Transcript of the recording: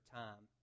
time